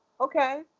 okay